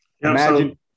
Imagine